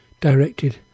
directed